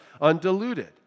undiluted